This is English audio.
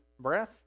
breath